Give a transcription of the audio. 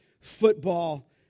football